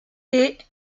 est